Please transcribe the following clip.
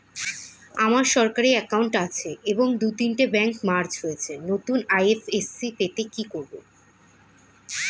আমার সরকারি একাউন্ট আছে এবং দু তিনটে ব্যাংক মার্জ হয়েছে, নতুন আই.এফ.এস.সি পেতে কি করব?